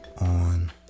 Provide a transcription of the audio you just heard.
on